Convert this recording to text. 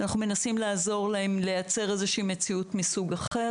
ואנחנו מנסים לעזור להם לייצר איזושהי מציאות מסוג אחר.